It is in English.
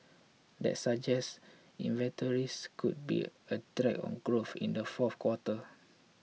that suggests inventories could be a drag on growth in the fourth quarter